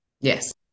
Yes